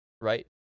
right